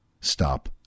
Stop